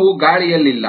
ಅವು ಗಾಳಿಯಲ್ಲಿಲ್ಲ